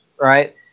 right